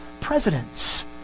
presidents